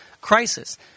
crisis